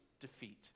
defeat